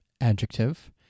Adjective